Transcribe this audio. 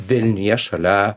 vilniuje šalia